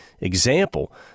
example